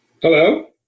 Hello